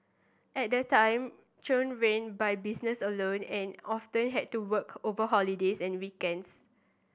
at that time Chung ran by business alone and often had to work over holidays and weekends